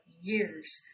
years